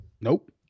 Nope